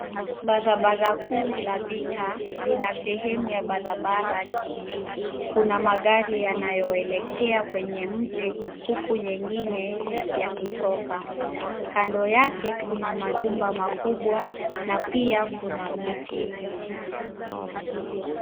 Barabara kuu la Thika lina sehemu ya barabara nyingi. Kuna magari yanayoelekea kwenye mji huku nyingine yakitoka. Kando yake kuna majumba makubwa na pia kuna miti.